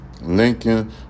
Lincoln